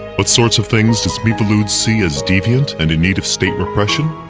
what sorts of things does miviludes see as deviant and in need of state repression?